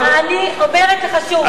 אני אומרת לך שוב,